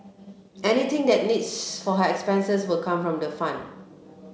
anything that needs for her expenses will come from the fund